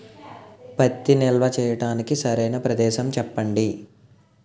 పత్తి నిల్వ చేయటానికి సరైన ప్రదేశం చెప్పండి?